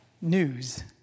news